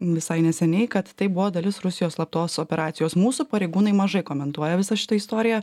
visai neseniai kad tai buvo dalis rusijos slaptos operacijos mūsų pareigūnai mažai komentuoja visą šitą istoriją